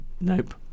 Nope